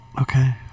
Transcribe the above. Okay